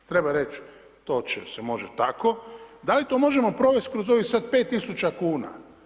Treba reći, to će se, može tako, da li to možemo provesti kroz ovih sada 5000 kn?